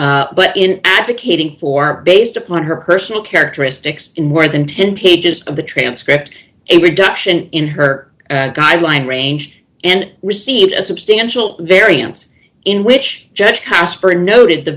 credit but in advocating for based upon her personal characteristics in more than ten pages of the transcript it reduction in her guideline range and received a substantial variance in which judge kasper noted the